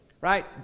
Right